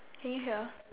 are you here